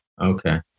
okay